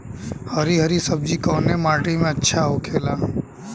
हरी हरी सब्जी कवने माटी में अच्छा होखेला?